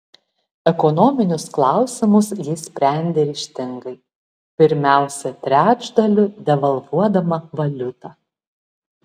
ekonominius klausimus ji sprendė ryžtingai pirmiausia trečdaliu devalvuodama valiutą